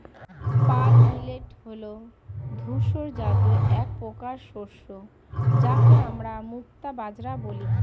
pearl millet হল ধূসর জাতীয় একপ্রকার শস্য যাকে আমরা মুক্তা বাজরা বলি